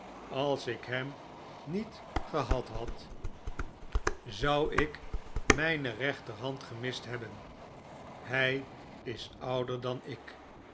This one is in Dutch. als ik hem niet gehad had zou ik mijne rechterhand gemist hebben hij is ouder dan ik